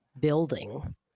building